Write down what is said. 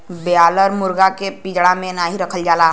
broiler मुरगा के पिजड़ा में ना रखल जाला